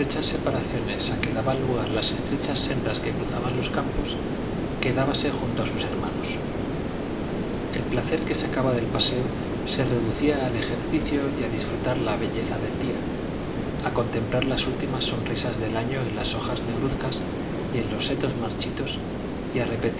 separaciones a que daban lugar las estrechas sendas que ero j zaban los campos quedábase junto a sus hermanos el placer que sacaba del paseo se reducía al ejercicio y a disfrutar la belleza del día a contemplar las últimas sonrisas del año en las hojas negruzcas y en los setos marchitos y